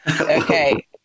Okay